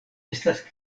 estas